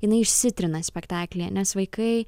jinai išsitrina spektaklyje nes vaikai